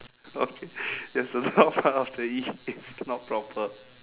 okay there's a small part of the E it's not proper